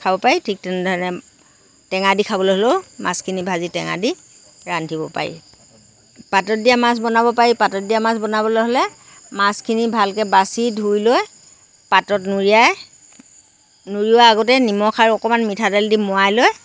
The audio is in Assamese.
খাব পাৰি ঠিক তেনেধৰণে টেঙা দি খাবলৈ হ'লেও মাছখিনি ভাজি টেঙা দি ৰান্ধিব পাৰি পাতত দিয়া মাছ বনাব পাৰি পাতত দিয়া মাছ বনাবলৈ হ'লে মাছখিনি ভালকৈ বাছি ধুই লৈ পাতত নুৰিয়ায় নুৰিওৱাৰ আগতেই নিমখ আৰু অকণমান মিঠাতেল দি মোৱাই লৈ